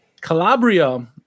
Calabria